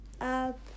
up